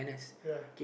ya